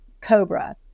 COBRA